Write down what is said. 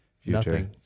future